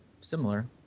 similar